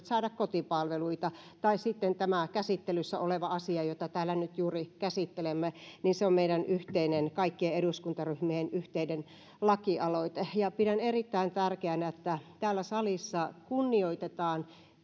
saada kotipalveluita sitten tämä käsittelyssä oleva asia jota täällä nyt juuri käsittelemme niin se on meidän yhteinen kaikkien eduskuntaryhmien yhteinen lakialoite pidän erittäin tärkeänä että täällä salissa kunnioitetaan